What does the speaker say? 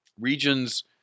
regions